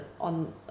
on